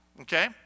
okay